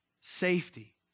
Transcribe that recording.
safety